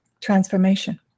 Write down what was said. transformation